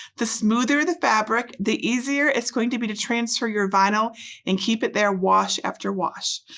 the smoother the fabric the easier it's going to be to transfer your vinyl and keep it there wash after wash.